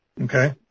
Okay